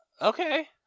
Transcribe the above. Okay